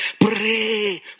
pray